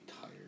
tired